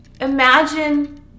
imagine